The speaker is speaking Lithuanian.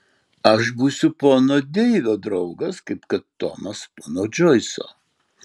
aš būsiu pono deivio draugas kaip kad tomas pono džoiso